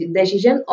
decision